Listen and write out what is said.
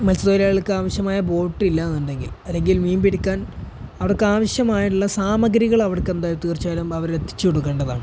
മത്സ്യത്തൊഴിലാളികൾക്ക് ആവശ്യമായ ബോട്ടില്ലെന്നുണ്ടെങ്കിൽ അല്ലെങ്കിൽ മീൻ പിടിക്കാൻ അവർക്ക് ആവശ്യമായിട്ടുള്ള സാമഗ്രികൾ അവര്ക്കെന്തായാലും തീർച്ചയായിട്ടും അവര്ക്ക് എത്തിച്ചുകൊടുക്കേണ്ടതാണ്